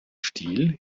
stiel